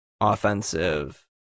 offensive